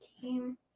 team